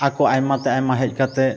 ᱟᱠᱚ ᱟᱭᱢᱟᱛᱮ ᱟᱭᱢᱟ ᱦᱮᱡᱠᱟᱛᱮᱫ